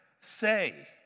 say